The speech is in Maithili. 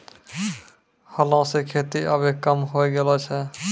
हलो सें खेती आबे कम होय गेलो छै